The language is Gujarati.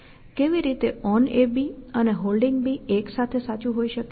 કેવી રીતે OnAB અને Holding એકસાથે સાચું હોઈ શકે